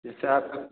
जैसा आपका